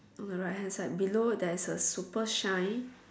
on the right hand side below there's a super shine